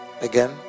again